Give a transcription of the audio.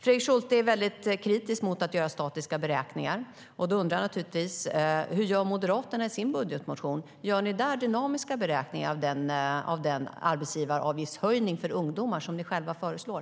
Fredrik Schulte är kritisk till att göra statiska beräkningar. Därför undrar jag naturligtvis hur Moderaterna gör i sin budgetmotion. Gör ni där dynamiska beräkningar av den arbetsgivaravgiftshöjning för ungdomar som ni själva föreslår?